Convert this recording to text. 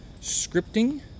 scripting